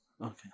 Okay